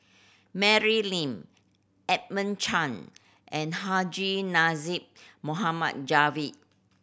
Mary Lim Edmund Chen and Haji Namazie Javad